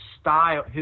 style